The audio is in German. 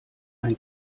ein